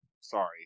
Sorry